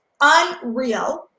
unreal